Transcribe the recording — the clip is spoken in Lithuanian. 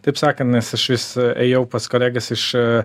taip sakant nes aš vis ėjau pas kolegas iš